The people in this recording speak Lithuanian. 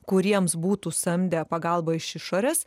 kuriems būtų samdę pagalbą iš išorės